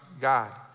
God